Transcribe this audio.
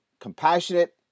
compassionate